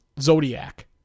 Zodiac